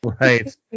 right